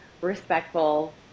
respectful